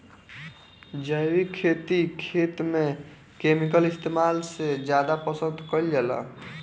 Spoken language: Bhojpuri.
जैविक खेती खेत में केमिकल इस्तेमाल से ज्यादा पसंद कईल जाला